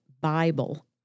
Bible